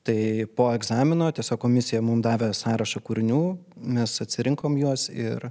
tai po egzamino tiesiog komisija mum davė sąrašą kūrinių mes atsirinkom juos ir